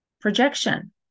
projection